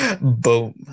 boom